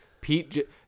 Pete